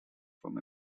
from